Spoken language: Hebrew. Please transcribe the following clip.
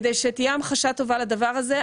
כדי שתהיה המחשה טובה לדבר הזה,